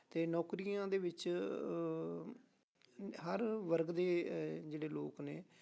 ਅਤੇ ਨੌਕਰੀਆਂ ਦੇ ਵਿੱਚ ਹਰ ਵਰਗ ਦੇ ਜਿਹੜੇ ਲੋਕ ਨੇ